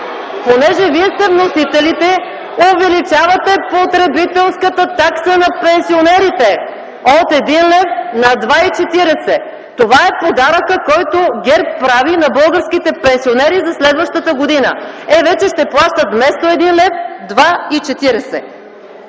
понеже вие сте вносителите, увеличавате потребителската такса на пенсионерите – от 1,00 лв. на 2,40 лв. Това е подаръкът, който ГЕРБ прави на българските пенсионери за следващата година. Е, вече вместо 1,00